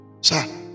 Sir